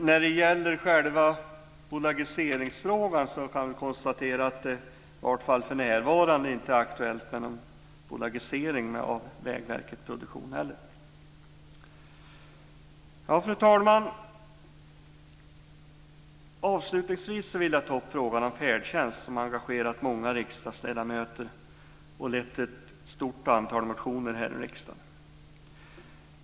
När det gäller själva bolagiseringsfrågan kan jag konstatera att det i varje fall för närvarande inte är aktuellt med någon bolagisering av Vägverket Produktion. Fru talman! Avslutningsvis vill jag ta upp frågan om färdtjänst som engagerat många riksdagsledamöter och lett till ett stort antal motioner här i riksdagen.